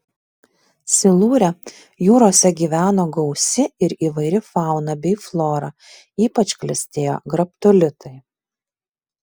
silūre jūrose gyveno gausi ir įvairi fauna bei flora ypač klestėjo graptolitai